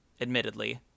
admittedly